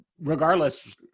regardless